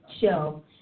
show